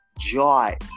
Joy